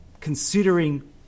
considering